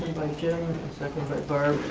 by jim and secondly